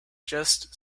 just